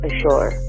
Ashore